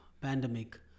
pandemic